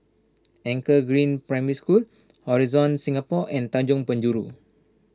Anchor Green Primary School Horizon Singapore and Tanjong Penjuru